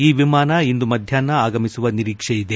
ಈ ವಿಮಾನ ಇಂದು ಮಧ್ಯಾಹ್ನ ಆಗಮಿಸುವ ನಿರೀಕ್ಷೆಯಿದೆ